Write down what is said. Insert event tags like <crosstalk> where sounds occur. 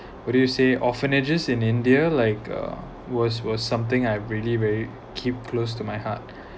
what do you say orphanages in india like uh was was something I really very keep close to my heart <breath>